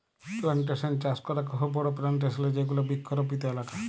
plantation চাস করাক হ বড়ো প্লানটেশন এ যেগুলা বৃক্ষরোপিত এলাকা